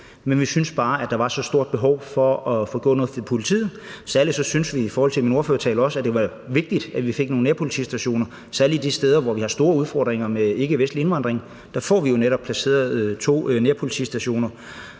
men vi synes bare, at der var så stort behov for at få gjort noget for politiet. Særlig syntes vi, som jeg også sagde i min ordførertale, at det var vigtigt, at vi fik nogle nærpolitistationer, særlig de steder, hvor vi har store udfordringer med ikkevestlig indvandring. Der får vi jo netop placeret to nærpolitistationer.